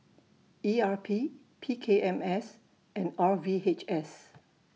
E R P P K M S and R V H S